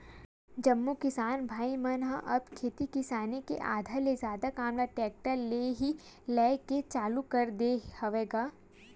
जम्मो किसान भाई मन ह अब खेती किसानी के आधा ले जादा काम ल टेक्टर ले ही लेय के चालू कर दे हवय गा